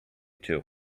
two